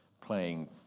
playing